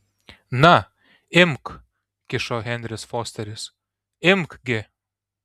na imk kišo henris fosteris imk gi